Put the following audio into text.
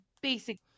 basic